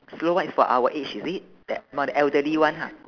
slow one is for our age is it that for the elderly [one] !huh!